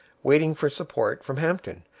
waiting for support from hampton,